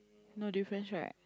no difference right